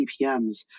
CPMs